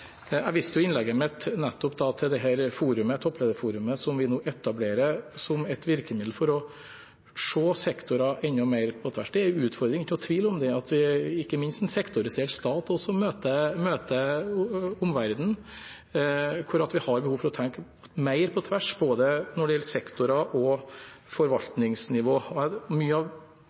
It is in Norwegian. Jeg viste i innlegget mitt nettopp til dette topplederforumet som vi nå etablerer som et virkemiddel for å se sektorer enda mer på tvers. Det er en utfordring. Det er ingen tvil om at vi, ikke minst en sektorisert stat, også møter omverdenen, og hvor vi har behov for å tenke mer på tvers, både når det gjelder sektorer og forvaltningsnivå. Mange av dem som er